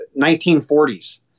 1940s